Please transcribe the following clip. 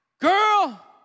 girl